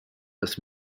das